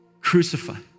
crucified